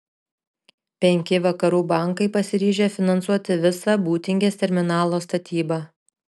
penki vakarų bankai pasiryžę finansuoti visą būtingės terminalo statybą